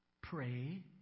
Pray